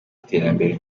iterambere